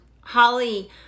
Holly